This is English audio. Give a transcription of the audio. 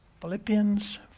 Philippians